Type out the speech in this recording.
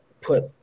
put